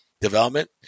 development